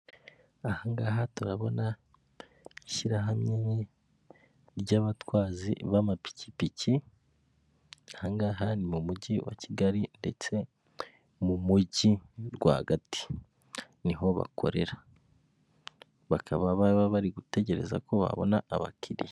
Aha ngaha turabona ishyirahamwe ry'abatwazi b'amapikipiki aha ngaha ni mu mujyi wa Kigali ndetse mu mujyi rwagati niho bakorera bakaba baba bari gutegereza ko babona abakiriya.